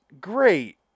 great